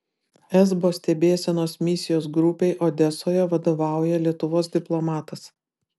esbo stebėsenos misijos grupei odesoje vadovauja lietuvos diplomatas